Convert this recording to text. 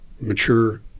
mature